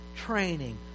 training